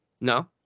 no